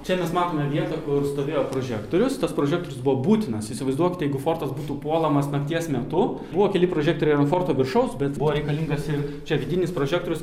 čia mes matome vietą kur stovėjo prožektorius tas prožektorius buvo būtinas įsivaizduokit jeigu fortas būtų puolamas nakties metu buvo keli prožektoriai ant forto viršaus bet buvo reikalingas ir čia vidinis prožektorius